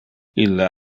ille